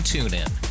TuneIn